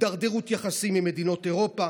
הידרדרות יחסים עם מדינות אירופה,